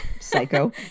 psycho